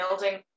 building